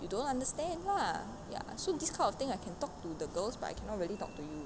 you don't understand lah ya so this kind of thing I can talk to the girls but I cannot really talk to you